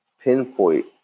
pinpoint